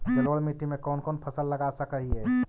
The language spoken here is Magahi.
जलोढ़ मिट्टी में कौन कौन फसल लगा सक हिय?